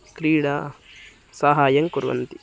क्रीडाः सहायं कुर्वन्ति